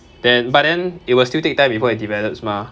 then but then it will still take time before it develops mah